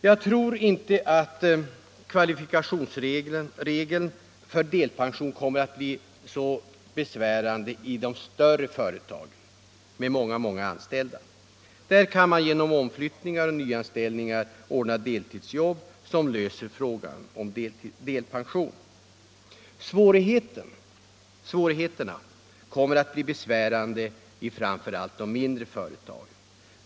Jag tror inte att kvalifikationsregeln för delpension kommer att bli så besvärande i de större företagen med många anställda. Där kan man genom omflyttningar och nyanställningar ordna deltidsjobb, som löser problemen med delpension. Svårigheterna kommer att bli besvärande framför allt i de mindre företagen.